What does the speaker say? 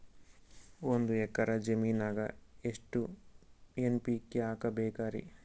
ಒಂದ್ ಎಕ್ಕರ ಜಮೀನಗ ಎಷ್ಟು ಎನ್.ಪಿ.ಕೆ ಹಾಕಬೇಕರಿ?